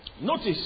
Notice